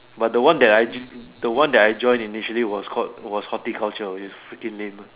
but the one that I j~ the one that I joined initially was called was horticulture its freaking lame uh